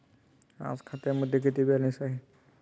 आज खात्यामध्ये किती बॅलन्स आहे?